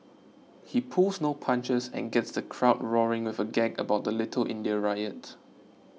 he pulls no punches and gets the crowd roaring with a gag about the Little India riot